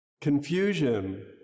Confusion